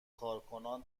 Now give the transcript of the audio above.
کارکنان